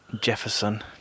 Jefferson